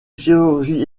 chirurgie